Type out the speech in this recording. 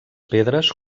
pedres